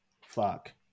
fuck